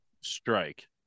strike